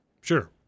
Sure